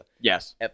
Yes